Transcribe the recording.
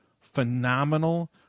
phenomenal